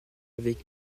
avec